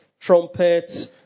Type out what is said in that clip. trumpets